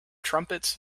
trumpets